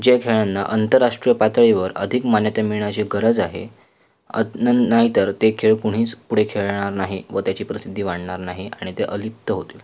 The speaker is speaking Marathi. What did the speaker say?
ज्या खेळांना आंतरराष्ट्रीय पातळीवर अधिक मान्यता मिळण्याची गरज आहे न नाहीतर ते खेळ कुणीच पुढे खेळणार नाही व त्याची प्रसिद्धी वाढणार नाही आणि ते अलिप्त होतील